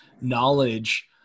knowledge